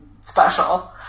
special